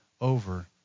over